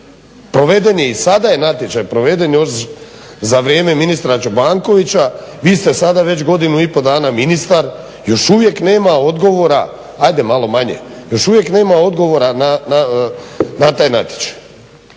Proveden je i sada je natječaj proveden još za vrijeme ministra Čobankovića, vi ste sada već godinu i pol dana ministar, još uvijek nema odgovora, ajde